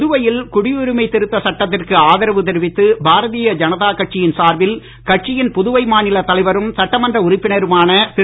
புதுவையில் குடியுரிமை திருத்தச் சட்டத்திற்கு ஆதரவு தெரிவித்து பாரதீய ஜனதா கட்சியின் சார்பில் கட்சியின் புதுவை மாநில தலைவரும் சட்டமன்ற உறுப்பினருமான திரு